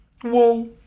Whoa